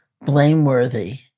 blameworthy